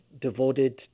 devoted